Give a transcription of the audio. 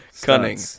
Cunning